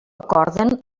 acorden